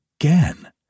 again